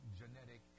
genetic